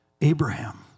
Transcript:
Abraham